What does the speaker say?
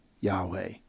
Yahweh